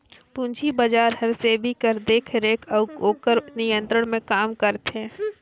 पूंजी बजार हर सेबी कर देखरेख अउ ओकर नियंत्रन में काम करथे